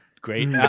great